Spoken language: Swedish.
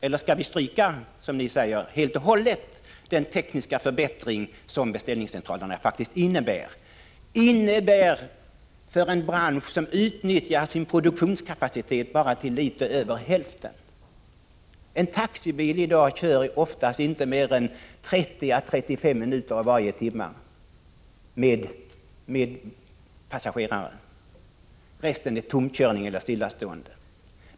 Eller skall vi, som ni säger, helt och hållet avskaffa den tekniska förbättring som beställningscentralerna faktiskt innebär för en bransch som utnyttjar sin produktionskapacitet till bara litet över hälften? En taxibil kör i dag oftast inte mer än 30-35 minuter av varje timme med passagerare. Resten är tomkörning eller stillastående.